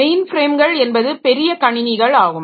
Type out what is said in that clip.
main பிரேம்கள் என்பது பெரிய கணினிகள் ஆகும்